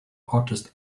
artist